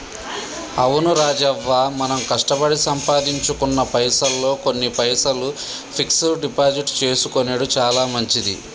అవును రాజవ్వ మనం కష్టపడి సంపాదించుకున్న పైసల్లో కొన్ని పైసలు ఫిక్స్ డిపాజిట్ చేసుకొనెడు చాలా మంచిది